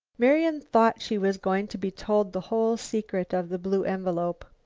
marian thought she was going to be told the whole secret of the blue envelope.